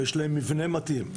שיש להם מבנה מתאים,